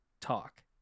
talk